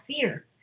fear